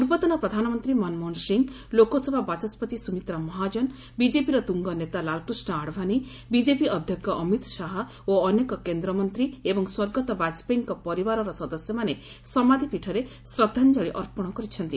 ପୂର୍ବତନ ପ୍ରଧାନମନ୍ତ୍ରୀ ମନମୋହନ ସିଂହ ଲୋକସଭା ବାଚସ୍କତି ସୁମିତ୍ରା ମହାଜନ ବିଜେପିର ତୁଙ୍ଗ ନେତା ଲାଲକୃଷ୍ଣ ଆଡଭାନୀ ବିଜେପି ଅଧ୍ୟକ୍ଷ ଅମିତ ଶାହା ଓ ଅନେକ କେନ୍ଦ୍ରମନ୍ତ୍ରୀ ଏବଂ ସ୍ୱର୍ଗତ ବାଜପେୟୀଙ୍କ ପରିବାର ସଦସ୍ୟମାନେ ସମାଧୂପୀଠରେ ଶ୍ରଦ୍ଧାଞ୍ଜଳି ଅର୍ପଣ କରିଛନ୍ତି